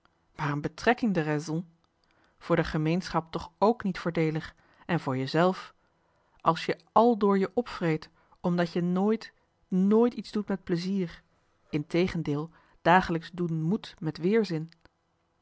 maar een betrekking de raison voor de gemeenschap toch ook niet voordeelig en voor jezelf als je àldoor je opvreet omdat je nooit nooit iets doet met plezier integendeel dagelijks doen met met weerzin